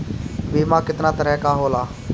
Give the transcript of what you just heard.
बीमा केतना तरह के होला?